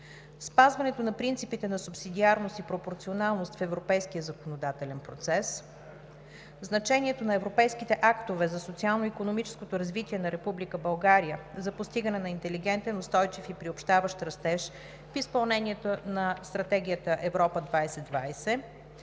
спазването на принципите на субсидиарност и пропорционалност в европейския законодателен процес; - значението на европейските актове за социално-икономическото развитие на Република България за постигане на интелигентен, устойчив и приобщаващ растеж в изпълнение на Стратегията „Европа 2020“,